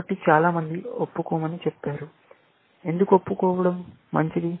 కాబట్టి చాలా మంది ఒప్పుకోమని చెప్పారు ఎందుకు ఒప్పుకోవడం మంచిది